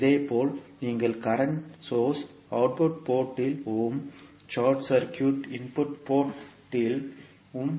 இதே போல் நீங்கள் கரண்ட் சோர்ஸ் ஐ அவுட்புட் போர்ட் இல் உம் ஷார்ட் சர்க்யூட் இன்புட் போர்ட் இல் உம் இணைத்தால்